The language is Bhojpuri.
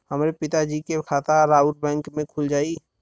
हमरे पिता जी के खाता राउर बैंक में खुल जाई?